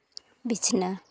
ᱵᱤᱪᱷᱱᱟᱹ